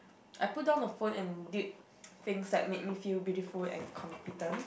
I put down the phone and did things that make me feel beautiful and competent